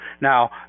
Now